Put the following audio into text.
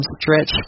stretch